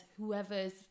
whoever's